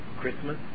Christmas